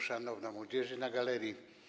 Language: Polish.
Szanowna Młodzieży na galerii!